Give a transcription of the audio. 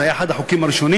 זה היה אחד החוקים הראשונים,